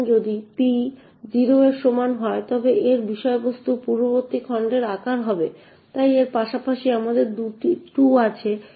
এখন যদি P 0 এর সমান হয় তবে এর বিষয়বস্তু পূর্ববর্তী খণ্ডের আকার হবে এর পাশাপাশি আমাদের 2 আছে